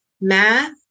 math